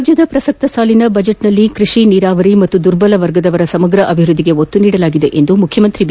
ರಾಜ್ಞದ ಪ್ರಸಕ್ತ ಸಾಲಿನ ಬಜೆಟ್ನಲ್ಲಿ ಕೈಷಿ ನೀರಾವರಿ ಮತ್ತು ದುರ್ಬಲ ವರ್ಗದವರ ಸಮಗ್ರ ಅಭಿವೃದ್ದಿಗೆ ಒತ್ತು ನೀಡಲಾಗಿದೆ ಎಂದು ಮುಖ್ಯಮಂತ್ರಿ ಬಿ